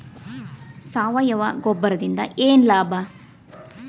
ಸಾವಯವ ಗೊಬ್ಬರದಿಂದ ಏನ್ ಲಾಭ?